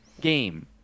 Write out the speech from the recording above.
game